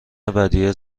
ودیعه